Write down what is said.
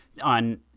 on